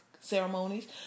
ceremonies